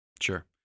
Sure